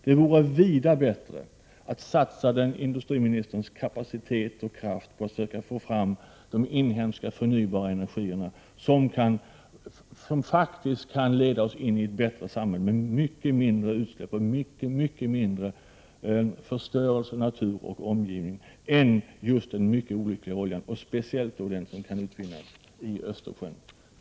Det vore vida bättre att satsa industriministerns kapacitet och kraft på att försöka få fram de inhemska, förnybara energislag som faktiskt kan leda oss in i ett bättre samhälle med mycket mindre utsläpp och mycket mindre förstörelse av natur och omgivning än den mycket olyckliga oljan, speciellt då den som kan utvinnas ur Östersjön. Tack för ordet!